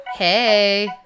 Hey